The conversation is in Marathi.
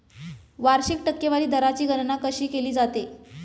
वार्षिक टक्केवारी दराची गणना कशी केली जाते?